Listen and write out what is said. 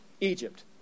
Egypt